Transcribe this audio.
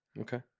Okay